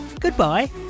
goodbye